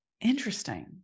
interesting